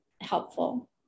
helpful